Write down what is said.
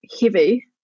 heavy